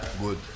Good